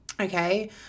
okay